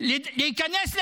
להיכנס לסיעה,